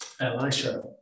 elisha